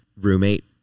roommate